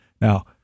Now